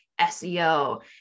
SEO